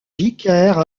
vicaire